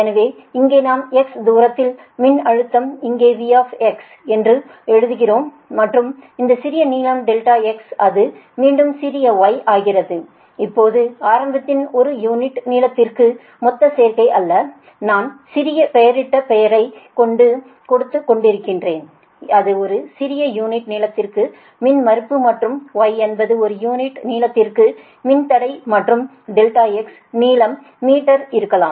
எனவே இங்கே நாம் x தூரத்தில் மின்னழுத்தம் இங்கே V என்று எழுதுகிறோம் மற்றும் இந்த சிறிய நீளம் ∆x அது மீண்டும் சிறிய y ஆகிறது அது ஆரம்பத்தில் ஒரு யூனிட்நீளத்திற்கு மொத்த சேர்க்கை அல்ல நான் சிறிய பெயரிடப்பட்ட பெயரைக் கொடுத்து கொண்டிருந்தேன் அது ஒரு சிறிய யூனிட்நீளத்திற்கு மின்மறுப்பு மற்றும் y என்பது ஒரு யூனிட்நீளத்திற்கு மின்தடை மற்றும் ∆x நீளம் மீட்டர் இருக்கலாம்